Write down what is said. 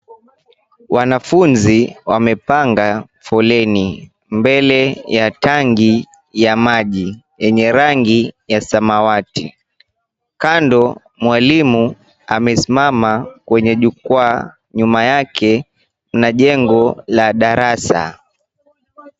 Wanafunzi wamepanga foleni mbele ya tangi ya maji yenye rangi ya samawati. Kando, mwalimu amesimama kwenye jukwaa. Nyuma yake kuna jengo la darasa.